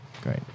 Great